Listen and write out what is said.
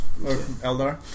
Eldar